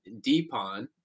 Deepon